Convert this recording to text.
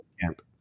camp